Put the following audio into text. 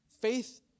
faith